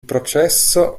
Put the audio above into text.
processo